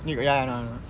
ya I know I know